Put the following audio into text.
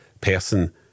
person